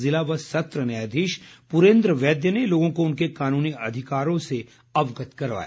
ज़िला व सत्र न्यायाधीश पुरेन्द्र वैद्य ने लोगों को उनके कानूनी अधिकारों अवगत करवाया